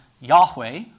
Yahweh